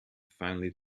finally